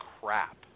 crap